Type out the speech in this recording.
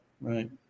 right